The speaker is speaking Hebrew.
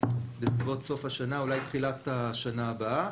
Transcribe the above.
בסביבות סוף השנה ואולי בתחילת השנה הבאה.